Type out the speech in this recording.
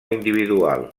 individual